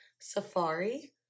safari